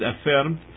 affirmed